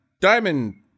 Diamond